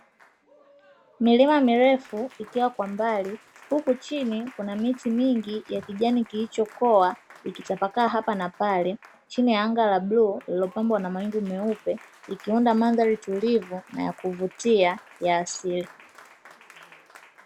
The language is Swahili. Milima mirefu ikiwa kwa mbali huku chini kuna miti mingi ya kijani kilichokoa ikitapakaa hapa na pale, chini ya anga la bluu lililopambwa mawingu meupe ikiunda mandhari tulivu na ya kuvutia ya asili.